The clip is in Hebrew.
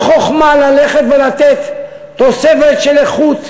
לא חוכמה ללכת ולתת תוספת של איכות